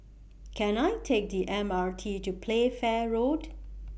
Can I Take The M R T to Playfair Road